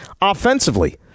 offensively